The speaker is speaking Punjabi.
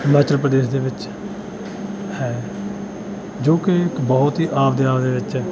ਹਿਮਾਚਲ ਪ੍ਰਦੇਸ਼ ਦੇ ਵਿੱਚ ਹੈ ਜੋ ਕਿ ਇੱਕ ਬਹੁਤ ਹੀ ਆਪ ਦੇ ਆਪ ਦੇ ਵਿੱਚ